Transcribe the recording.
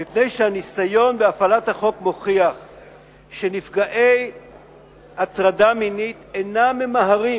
מפני שהניסיון בהפעלת החוק מוכיח שנפגעי הטרדה מינית אינם ממהרים